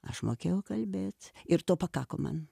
aš mokėjau kalbėt ir to pakako man